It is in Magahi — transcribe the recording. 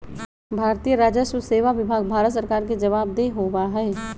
भारतीय राजस्व सेवा विभाग भारत सरकार के जवाबदेह होबा हई